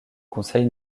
conseil